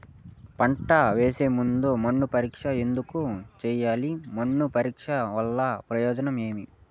పంట వేసే ముందు మన్ను పరీక్ష ఎందుకు చేయాలి? మన్ను పరీక్ష వల్ల ప్రయోజనం ఏమి?